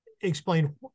explain